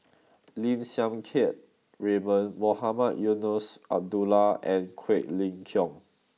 Lim Siang Keat Raymond Mohamed Eunos Abdullah and Quek Ling Kiong